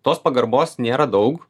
tos pagarbos nėra daug